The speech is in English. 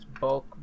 bulk